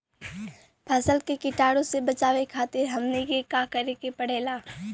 फसल के कीटाणु से बचावे खातिर हमनी के का करे के पड़ेला?